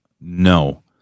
No